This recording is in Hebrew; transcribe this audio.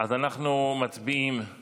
אז אנחנו מצביעים על